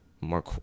more